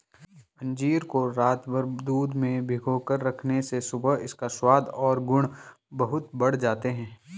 अंजीर को रातभर दूध में भिगोकर रखने से सुबह इसका स्वाद और गुण बहुत बढ़ जाते हैं